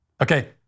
Okay